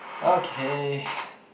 okay